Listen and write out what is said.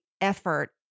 effort